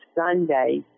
Sunday